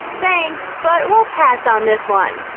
thanks, but we'll pass on this one.